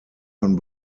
von